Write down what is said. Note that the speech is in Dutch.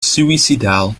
suïcidaal